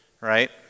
right